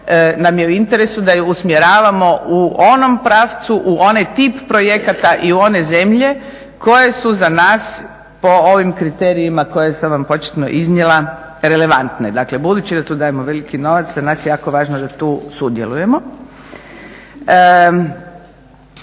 nam je u interesu da ju usmjeravamo u onom pravcu, u onaj tip projekata i u one zemlje koje su za nas po ovim kriterijima koje sam va vam početno iznijela relevantne. Dakle, budući da tu dajemo veliki novac za nas je jako važno da tu sudjelujemo.